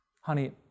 Honey